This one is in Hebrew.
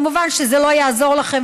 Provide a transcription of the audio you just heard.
מובן שזה לא יעזור לכם,